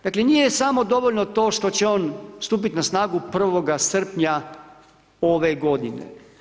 Dakle nije samo dovoljno to što će on stupiti na snagu 1. srpnja ove godine.